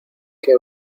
que